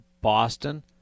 Boston